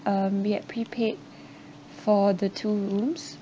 um we had prepaid for the two rooms